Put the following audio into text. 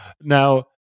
Now